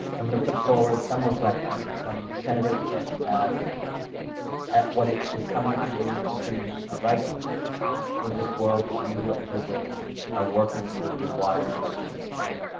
i'm gonna put forward some reflections, some tentative first steps at what is coming to mean to be a writer in this world that you at google are working to rewire and remake.